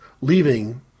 leaving